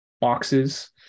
boxes